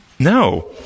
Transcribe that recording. No